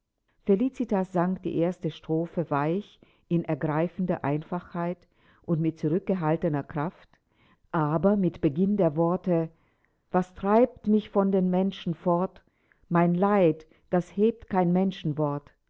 felicitas sang die erste strophe weich in ergreifender einfachheit und mit zurückgehaltener kraft aber mit beginn der worte was treibt mich von den menschen fort mein leid das hebt kein